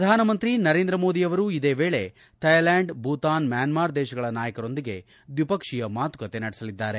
ಪ್ರಧಾನಮಂತ್ರಿ ನರೇಂದ್ರ ಮೋದಿಯವರು ಇದೇ ವೇಳೆ ಥೈಲ್ಯಾಂಡ್ ಭೂತಾನ್ ಮ್ಯಾನ್ಮಾರ್ ದೇಶಗಳ ನಾಯಕರೊಂದಿಗೆ ದ್ವಿಪಕ್ವೀಯ ಮಾತುಕತೆ ನಡೆಸಲಿದ್ದಾರೆ